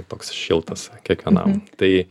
toks šiltas kiekvienam tai